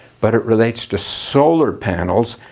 but it relates to solar panels.